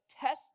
test